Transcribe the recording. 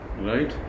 right